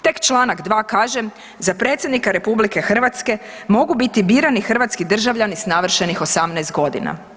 Tek čl. 2 kaže, za predsjednika RH mogu biti birani hrvatski državljani s navršenih 18 godina.